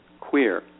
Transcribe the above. queer